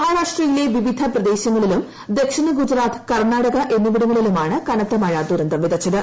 മഹാരാഷ്ട്രയിലെ വിവിധ പ്രദേശങ്ങളിലും ദക്ഷിണ ഗുജറാത്ത് കർണാടക എന്നിവിടങ്ങളിലാണ് കനത്ത മഴ ദുരന്തം വിതച്ചത്